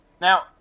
now